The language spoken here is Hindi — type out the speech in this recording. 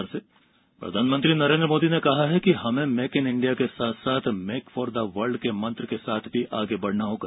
मेक फार वर्ल्ड प्रधानमंत्री नरेन्द्र मोदी ने कहा कि हमें मेक इन इंडिया के साथ साथ मेक फॉर द वर्ल्ड के मंत्र के साथ भी आगे बढ़ना होगा